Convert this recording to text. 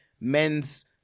men's